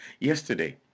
Yesterday